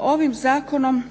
Ovim zakonom